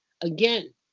Again